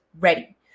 ready